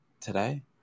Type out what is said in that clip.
today